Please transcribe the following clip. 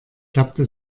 klappte